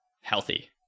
healthy